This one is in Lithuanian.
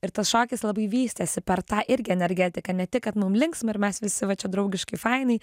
ir tas šokis labai vystėsi per tą irgi energetiką ne tik kad mum linksma ir mes visi va čia draugiškai fainai